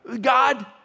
God